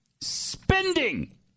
spending